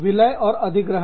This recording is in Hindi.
विलय और अधिग्रहण